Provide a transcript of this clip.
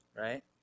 right